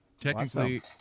Technically